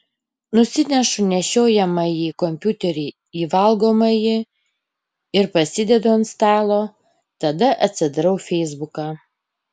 nusinešu nešiojamąjį kompiuterį į valgomąjį ir pasidedu ant stalo tada atsidarau feisbuką